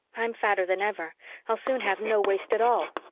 i'm fatter than ever i'll soon have no waist at all.